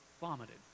vomited